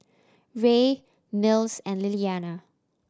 Rae Mills and Lillianna